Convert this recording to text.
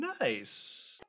Nice